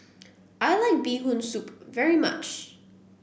I like Bee Hoon Soup very much